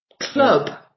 club